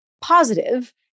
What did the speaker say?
positive